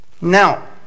Now